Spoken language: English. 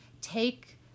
take